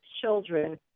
children